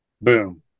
Boom